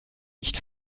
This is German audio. nicht